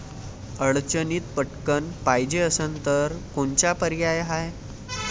अडचणीत पटकण पायजे असन तर कोनचा पर्याय हाय?